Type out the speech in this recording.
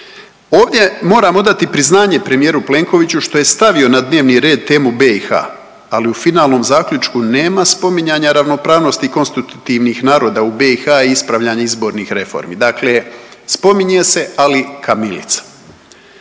Ovdje moram odati priznanje premijeru Plenkoviću što je stavio na dnevni red temu BiH, ali u finalnom zaključku nema spominjanja ravnopravnosti konstitutivnih naroda u BiH i ispravljanje izbornih reformi. Dakle, spominje se ali kamilica.